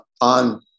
on